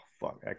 fuck